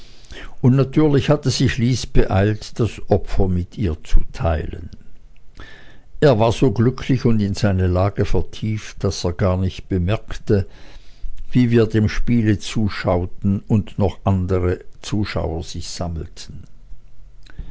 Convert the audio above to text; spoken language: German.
und natürlich hatte sich lys beeilt das opfer mit ihr zu teilen er war so glücklich und in seine lage vertieft daß er gar nicht bemerkte wie wir dem spiele zuschauten und sich noch andere zuschauer sammelten